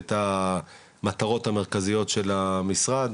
מחמשת המטרות המרכזיות של המשרד,